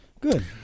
Good